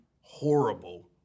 horrible